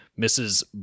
mrs